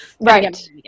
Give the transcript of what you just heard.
Right